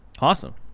awesome